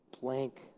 blank